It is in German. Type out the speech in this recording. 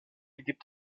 gibt